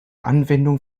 anwendung